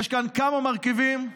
יש כאן כמה מרכיבים: